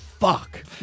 Fuck